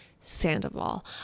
Sandoval